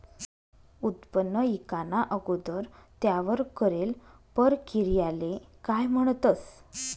उत्पन्न ईकाना अगोदर त्यावर करेल परकिरयाले काय म्हणतंस?